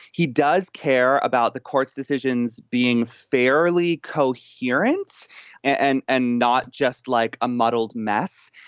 he does care about the court's decisions being fairly coherence and and not just like a muddled mess.